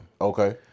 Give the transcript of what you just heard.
Okay